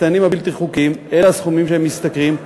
המסתננים הבלתי-חוקיים, אלה הסכומים שהם משתכרים.